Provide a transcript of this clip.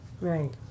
Right